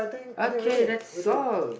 okay that's all